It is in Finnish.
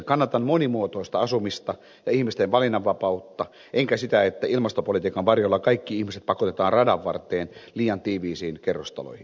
kannatan monimuotoista asumista ja ihmisten valinnanvapautta enkä sitä että ilmastopolitiikan varjolla kaikki ihmiset pakotetaan radan varteen liian tiiviisiin kerrostaloihin